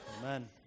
Amen